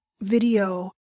video